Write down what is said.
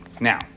Now